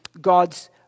God's